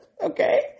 Okay